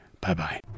bye-bye